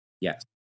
Yes